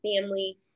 family